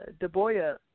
Deboya